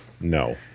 No